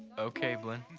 okay, blynn.